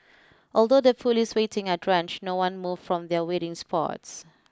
although the police waiting are drenched no one moved from their waiting spots